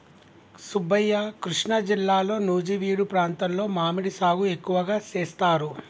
సుబ్బయ్య కృష్ణా జిల్లాలో నుజివీడు ప్రాంతంలో మామిడి సాగు ఎక్కువగా సేస్తారు